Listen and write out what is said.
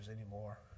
anymore